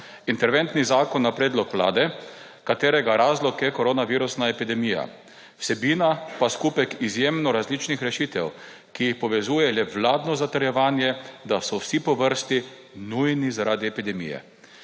interventni zakon na predlog vlade, katerega razlog je koronavirusna epidemija, vsebina pa skupek izjemno različnih rešitev, ki jih povezuje le vladno zatrjevanje, da so vsi po vrsti nujni zaradi epidemije.